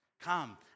Come